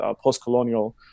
post-colonial